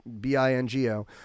B-I-N-G-O